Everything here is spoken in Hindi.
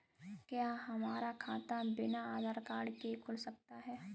क्या हमारा खाता बिना आधार कार्ड के खुल सकता है?